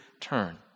turn